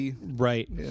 Right